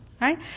right